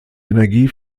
energie